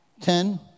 Ten